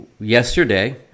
yesterday